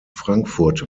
frankfurt